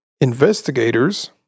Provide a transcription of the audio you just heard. investigators